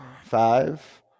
five